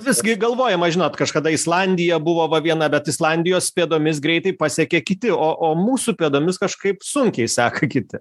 visgi galvojama žinot kažkada islandija buvo va viena bet islandijos pėdomis greitai pasekė kiti o o mūsų pėdomis kažkaip sunkiai seka kiti